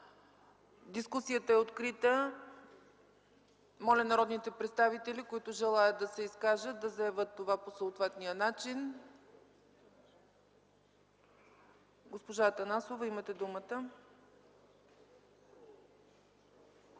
Дискусията е открита. Моля народните представители, които желаят да се изкажат, да заявят това по съответния начин. Заповядайте, госпожо Атанасова.